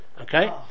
Okay